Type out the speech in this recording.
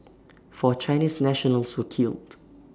four Chinese nationals were killed